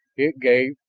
it gave,